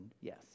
yes